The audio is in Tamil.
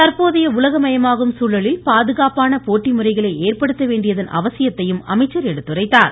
தற்போதைய உலகமயமாகும் சூழலில் பாதுகாப்பான போட்டி முறைகளை ஏற்படுத்த வேண்டியதன் அவசியத்தையும் அமைச்சர் எடுத்துரைத்தார்